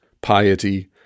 piety